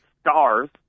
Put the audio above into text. stars